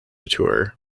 tour